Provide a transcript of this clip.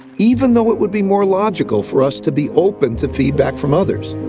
even though it would be more logical for us to be open to feedback from others.